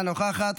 אינה נוכחת,